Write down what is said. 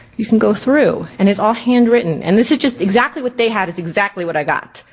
you can go through and it's all handwritten, and this is just exactly what they had, it's exactly what i got.